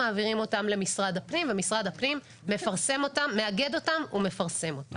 הם מעבירים אותם למשרד הפנים ומשרד הפנים מאגד אותם ומפרסם אותם.